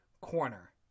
corner